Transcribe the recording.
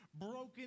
broken